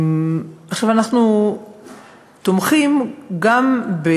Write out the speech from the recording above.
אנחנו תומכים גם,